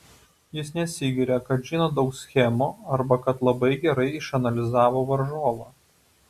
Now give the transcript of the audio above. jis nesigiria kad žino daug schemų arba kad labai gerai išanalizavo varžovą